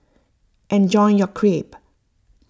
enjoy your Crepe